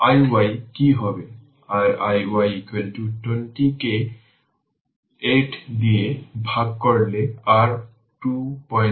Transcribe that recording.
অর্থাৎ initial voltage হল 15 volt